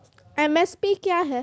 MSP क्या है?